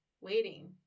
Waiting